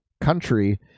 country